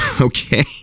Okay